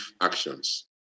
actions